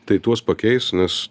tai tuos pakeis nes